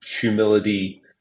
humility